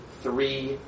three